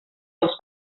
els